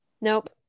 Nope